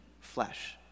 flesh